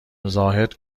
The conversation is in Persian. زاهد